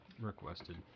requested